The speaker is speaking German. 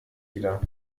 wieder